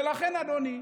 ולכן, אדוני,